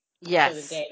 Yes